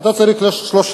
יש לך בינתיים רק שניים,